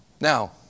Now